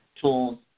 tools